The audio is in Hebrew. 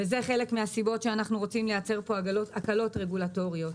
שזה חלק מהסיבות שאנחנו רוצים לייצר פה הקלות רגולטוריות.